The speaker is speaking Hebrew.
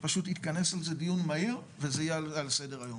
שפשוט יתכנס עם זה דיון מהיר וזה יהיה על סדר היום,